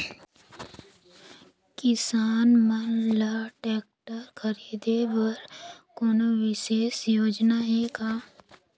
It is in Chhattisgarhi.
किसान मन ल ट्रैक्टर खरीदे बर कोनो विशेष योजना हे का?